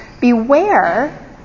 Beware